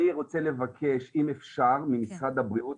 אני רוצה לבקש אם אפשר ממשרד הבריאות